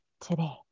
today